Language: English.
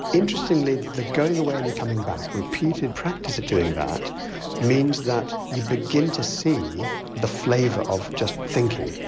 interestingly the going away and the coming back, repeated practice of doing that means that you begin to see the flavour of just thinking.